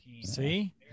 see